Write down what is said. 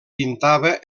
pintava